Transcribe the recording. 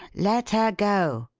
let her go!